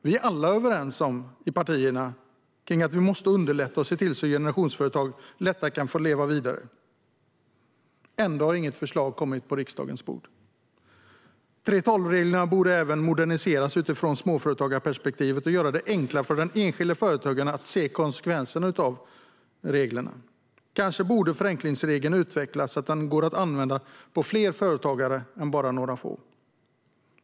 Vi är alla överens om i partierna att vi måste underlätta och se till så att generationsföretag lättare kan få leva vidare. Ändå har inget förslag kommit till riksdagens bord. 3:12-reglerna borde även moderniseras utifrån småföretagarperspektivet, och det borde göras enklare för den enskilde företagaren att se konsekvenserna av reglerna. Kanske borde förenklingsregeln utvecklas så att den går att använda på fler företagare än bara några få.